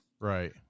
right